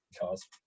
cars